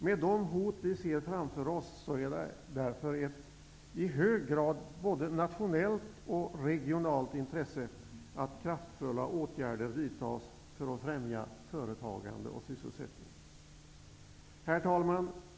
Med de hot som vi ser framför oss är det därför ett i hög grad både nationellt och regionalt intresse att kraftfulla åtgärder vidtas för att främja företagande och sysselsättning. Herr talman!